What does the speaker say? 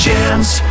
Jams